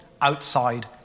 outside